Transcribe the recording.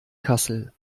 kassel